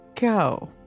go